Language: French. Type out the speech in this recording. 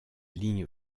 ligne